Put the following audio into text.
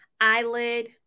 eyelid